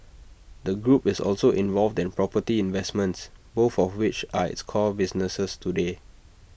the group is also involved in property investments both of which are its core businesses today